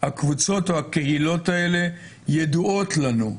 והקבוצות או הקהילות האלה ידועות לנו.